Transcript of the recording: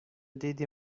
دیدی